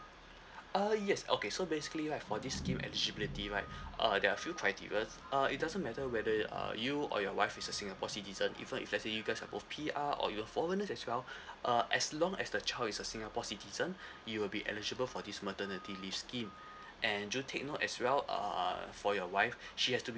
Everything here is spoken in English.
uh yes okay so basically right for this scheme eligibility right uh there are a few criteria uh it doesn't matter whether uh you or your wife is a singapore citizen even if let's say you guys are both P_R or you're foreigners as well uh as long as the child is a singapore citizen you'll be eligible for this maternity leave scheme and do take note as well err for your wife she has to